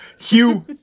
Hugh